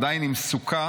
עדיין עם סוכה